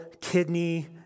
kidney